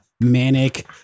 manic